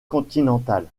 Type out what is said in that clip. continentale